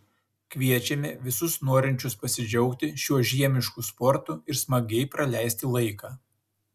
kviečiame visus norinčius pasidžiaugti šiuo žiemišku sportu ir smagiai praleisti laiką